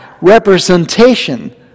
representation